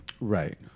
Right